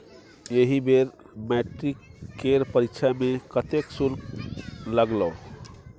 एहि बेर मैट्रिक केर परीक्षा मे कतेक शुल्क लागलौ?